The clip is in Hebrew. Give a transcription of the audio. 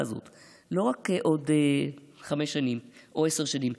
הזאת לא רק עוד חמש שנים או עשר שנים,